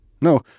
No